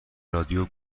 رادیو